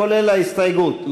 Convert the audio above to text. כולל ההסתייגות,